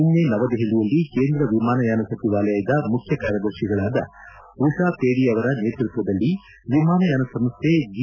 ನಿನ್ನೆ ನವದೆಹಲಿಯಲ್ಲಿ ಕೇಂದ್ರ ವಿಮಾನಯಾನ ಸಚಿವಾಲಯದ ಮುಖ್ಯ ಕಾರ್ಯದರ್ತಿಗಳಾದ ಉಷಾ ಪೇಡಿಯವರ ನೇತೃತ್ವದಲ್ಲಿ ವಿಮಾನಯಾನ ಸಂಸ್ಟೆ ಜಿ